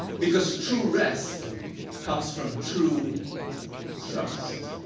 because true rest comes from true trust.